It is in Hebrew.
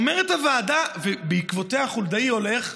אומרת הוועדה, ובעקבותיה חולדאי הולך,